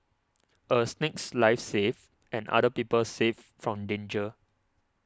a snake's life saved and other people saved from danger